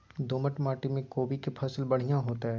दोमट माटी में कोबी के फसल बढ़ीया होतय?